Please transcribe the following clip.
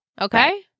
okay